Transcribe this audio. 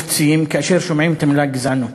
כאשר שומעים את המילה גזענות.